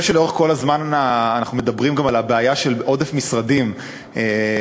שלאורך כל הזמן אנחנו מדברים גם על הבעיה של עודף משרדים בממשלה.